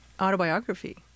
autobiography